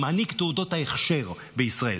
מעניק תעודות ההכשר בישראל,